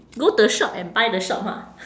go the shop and buy the shop ha